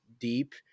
deep